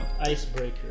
icebreaker